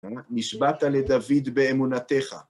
נשבעת לדוד באמונתך.